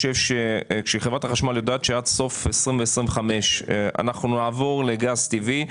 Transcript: חברת החשמל יודעת שעד סוף 2025 אנחנו נעבור לגז טבעי,